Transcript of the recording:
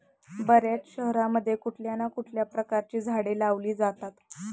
बर्याच शहरांमध्ये कुठल्या ना कुठल्या प्रकारची झाडे लावली जातात